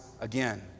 again